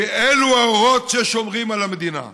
כי אלו האורות ששומרים על המדינה.